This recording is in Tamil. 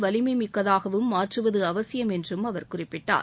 வலிமை மிக்கதாகவும் மாற்றுவது அவசியம் என்றும் அவர் குறிப்பிட்டார்